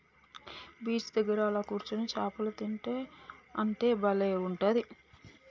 beach దగ్గర అలా కూర్చొని చాపలు తింటా ఉంటే బలే ఉంటది